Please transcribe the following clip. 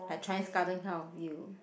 like Chinese garden kind of view